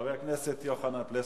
חבר הכנסת יוחנן פלסנר,